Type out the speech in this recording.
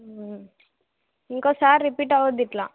ఇంకోసారి రిపీట్ అవద్దు ఇలా